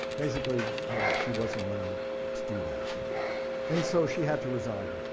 basically she wasn't allowed to do that and so she had to resign.